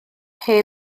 hen